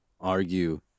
argue